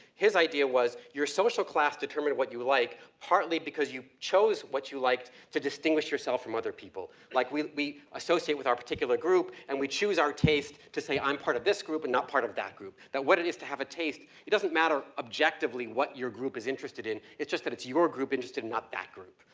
his idea was, your social class determined what you like partly because you've chose what you liked to distinguish yourself from other people. like we, we associate with our particular group and we choose our taste to say i'm part of this group and not part of that group. that what it is to have a taste, it doesn't matter objectively what your group is interested in, it's just that it's your group and just not that group.